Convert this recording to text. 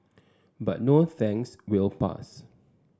but no thanks we'll pass